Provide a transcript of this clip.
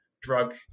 drug